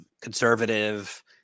conservative